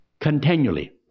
Continually